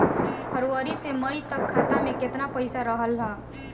फरवरी से मई तक खाता में केतना पईसा रहल ह?